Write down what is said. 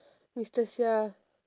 mister seah